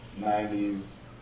90s